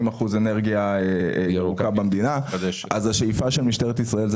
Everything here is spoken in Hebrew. אחוזים אנרגיה ירוקה במדינה - השאיפה של משטרת ישראל היא